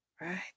Right